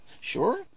sure